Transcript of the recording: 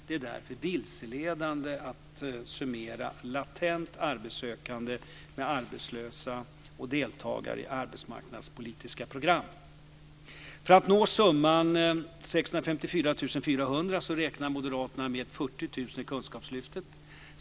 Det är därför vilseledande att summera latent arbetssökande med arbetslösa och deltagare i arbetsmarknadspolitiska program. För att nå summan 654 400 räknar moderaterna med 40 000 i Kunskapslyftet.